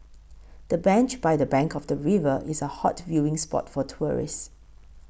the bench by the bank of the river is a hot viewing spot for tourists